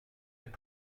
est